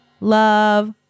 love